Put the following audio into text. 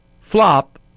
flop